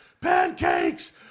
pancakes